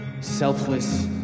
selfless